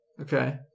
Okay